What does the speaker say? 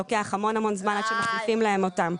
לוקח המון זמן עד שמחליפים להם אותם.